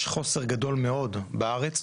יש חוסר גודל מאוד בארץ,